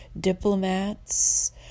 diplomats